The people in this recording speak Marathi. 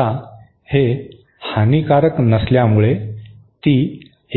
आता हे हानिकारक नसल्यामुळे ती